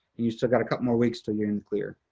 you still got a couple more weeks til you're in the clear.